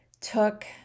took